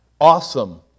awesome